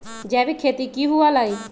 जैविक खेती की हुआ लाई?